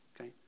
Okay